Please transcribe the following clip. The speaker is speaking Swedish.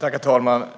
Herr talman! Om